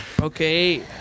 Okay